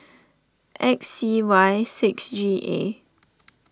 X C Y six G A